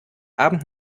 abend